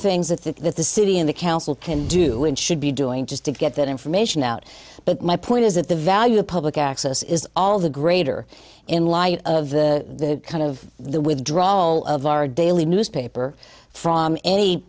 things that the that the city in the council can do and should be doing just to get that information out but my point is that the value of public access is all the greater in light of the kind of the withdrawal of our daily newspaper from any